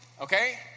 okay